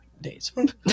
days